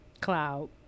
cloud